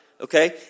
okay